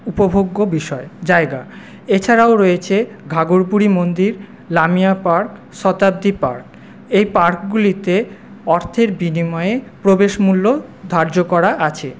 উপভোগ্য বিষয় জায়গা এছাড়াও রয়েছে ঘাগরবুড়ি মন্দির লামিয়া পার্ক শতাব্দী পার্ক এই পার্কগুলিতে অর্থের বিনিময়ে প্রবেশমূল্য ধার্য করা আছে